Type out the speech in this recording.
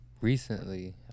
Recently